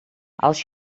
als